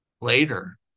later